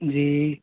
जी